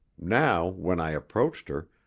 now, when i approached her,